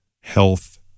health